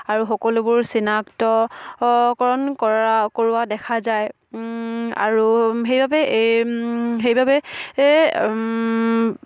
আৰু সকলোবোৰ চিনাক্তকৰণ কৰোৱা দেখা যায় আৰু এই সেইবাবে